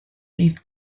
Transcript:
bydd